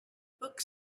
book